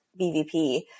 BVP